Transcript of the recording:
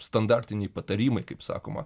standartiniai patarimai kaip sakoma